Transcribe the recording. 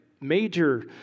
major